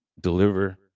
deliver